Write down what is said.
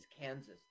Kansas